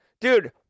Dude